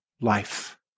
life